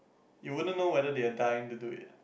you wouldn't know whether they are dying to do it